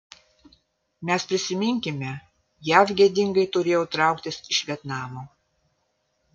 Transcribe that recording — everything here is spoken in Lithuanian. mes prisiminkime jav gėdingai turėjo trauktis iš vietnamo